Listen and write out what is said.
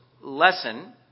lesson